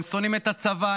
הם שונאים את הצבא,